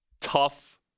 tough